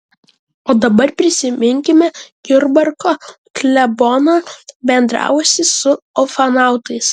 o dar prisiminkime jurbarko kleboną bendravusį su ufonautais